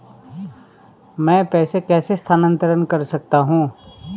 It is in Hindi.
मैं पैसे कैसे स्थानांतरण कर सकता हूँ?